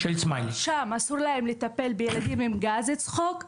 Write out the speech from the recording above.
שם אסור להם לטפל בילדים עם גז צחוק,